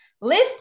Lift